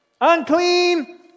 Unclean